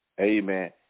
Amen